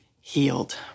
healed